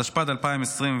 התשפ"ד 2024,